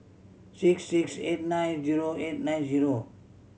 six six eight nine zero eight nine zero